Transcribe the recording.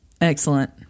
Excellent